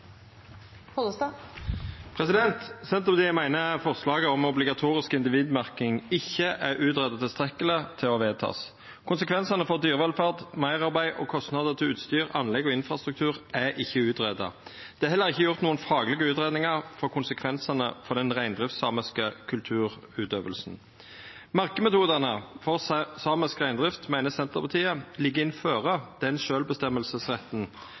eier. Senterpartiet meiner forslaget om obligatorisk individmerking ikkje er greidd ut tilstrekkeleg til å verta vedteke. Konsekvensane for dyrevelferd, meirarbeid og kostnader til utstyr, anlegg og infrastruktur er ikkje greidde ut. Det er heller ikkje gjort nokon faglege utgreiingar for konsekvensane for den reindriftssamiske kulturutøvinga. Merkemetodane for samisk reindrift meiner Senterpartiet ligg innanfor den